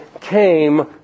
came